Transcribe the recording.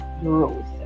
growth